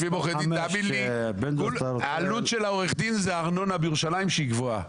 תאמין לי שהעלות של עורך דין היא הארנונה בירושלים שהיא גבוהה.